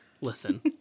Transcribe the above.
Listen